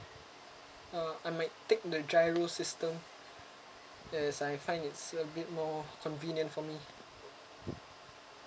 uh I might take the giro system as I find it's a bit more convenient for me